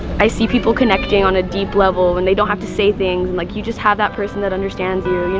i see people connecting on a deep level, when they don't have to say things. like you just have that person that understands you.